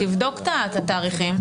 תבדוק את התאריכים.